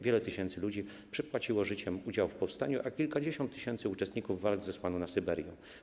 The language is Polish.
Wiele tysięcy ludzi przypłaciło życiem udział w powstaniu, a kilkadziesiąt tysięcy uczestników walk zesłano na Syberię.